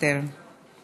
מוותר.